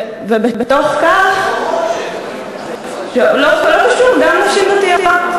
ובתוך כך, שאומרות שהן דתיות.